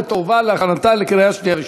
ותועבר להכנתה לקריאה שנייה ושלישית.